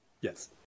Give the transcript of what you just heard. Yes